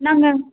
நாங்கள்